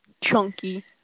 Chunky